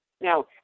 Now